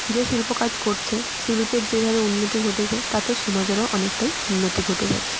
যে শিল্প কাজ করছে শিল্পের যেভাবে উন্নতি ঘটেছে তাতে সমাজেরও অনেকটাই উন্নতি ঘটে যাচ্ছে